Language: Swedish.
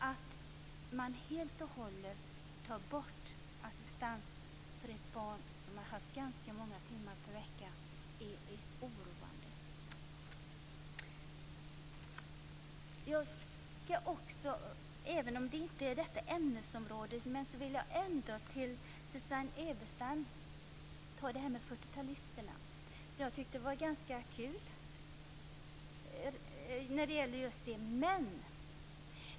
Att man helt och hållet tar bort assistansen för ett barn som har haft ganska många timmar per vecka är oroande. Även om det inte hör till detta ämnesområde vill jag ändå ta upp det Susanne Eberstein sade om fyrtiotalisterna. Jag tyckte att det var ganska kul.